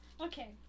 Okay